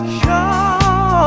show